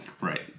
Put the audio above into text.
Right